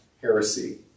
heresy